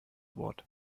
wort